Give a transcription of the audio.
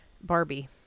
Barbie